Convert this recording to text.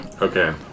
Okay